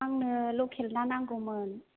आंनो लकेल ना नांगौमोन